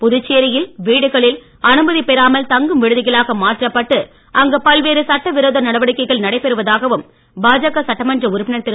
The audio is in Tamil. புதுச்சேரியில் வீடுகளில் அனுமதி பெறாமல் தங்கும் விடுதிகளாக மாற்றப்பட்டு அங்கு பல்வேறு சட்டவிரோத நடவடிக்கைகள் நடைபெறுவதாகவும் பாஜக சட்டமன்ற உறுப்பினர் திரு